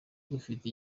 dufite